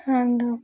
hand